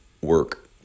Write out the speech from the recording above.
work